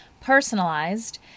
personalized